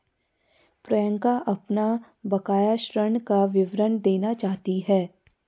प्रियंका अपना बकाया ऋण का विवरण देखना चाहती है